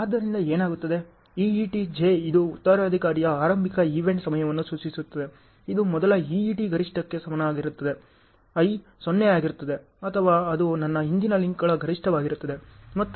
ಆದ್ದರಿಂದ ಏನಾಗುತ್ತದೆ EET J ಇದು ಉತ್ತರಾಧಿಕಾರಿಯ ಆರಂಭಿಕ ಈವೆಂಟ್ ಸಮಯವನ್ನು ಸೂಚಿಸುತ್ತದೆ ಇದು ಮೊದಲ EETಯ ಗರಿಷ್ಠಕ್ಕೆ ಸಮನಾಗಿರುತ್ತದೆ i 0 ಆಗಿರುತ್ತದೆ ಅಥವಾ ಅದು ನನ್ನ ಹಿಂದಿನ ಲಿಂಕ್ಗಳ ಗರಿಷ್ಠವಾಗಿರುತ್ತದೆ